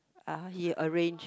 uh he arrange